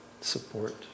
support